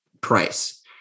price